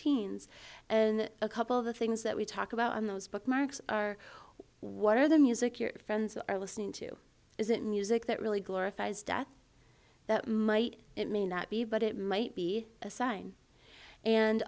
teens and a couple of the things that we talk about on those bookmarks are what are the music your friends are listening to is it music that really glorifies death that might it may not be but it might be a sign and